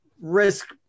risk